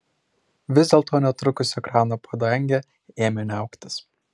vis dėlto netrukus ekrano padangė ėmė niauktis